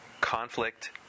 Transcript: conflict